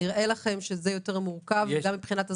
נראה לכם שזה יותר מורכב גם מבחינת הזמן.